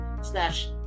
slash